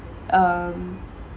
um